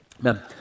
Amen